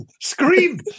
scream